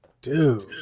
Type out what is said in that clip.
Dude